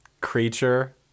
creature